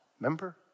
Remember